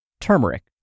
Turmeric